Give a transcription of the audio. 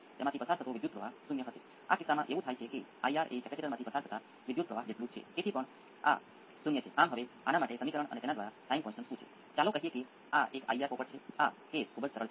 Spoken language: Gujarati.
તેથી હવે કારણ કે આ એક્સ્પોનેંસિયલ જટિલ એક્સ્પોનેંસિયલ છે તેથી સાઇનુસોઇડ્સ રેખીય પ્રણાલીઓ છે આ ખૂબ જ સરળ છે